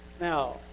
Now